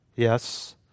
Yes